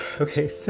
okay